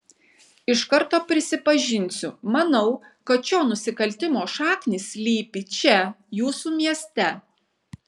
iš karto prisipažinsiu manau kad šio nusikaltimo šaknys slypi čia jūsų mieste